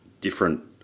different